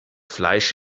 fleisch